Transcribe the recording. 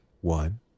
one